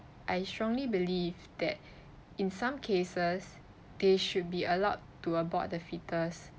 I strongly believe that in some cases they should be allowed to abort the foetus